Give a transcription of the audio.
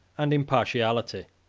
and impartiality